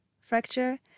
fracture